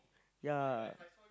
ya